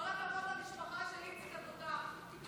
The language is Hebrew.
כל הכבוד למשפחה של איציק התותח.